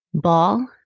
ball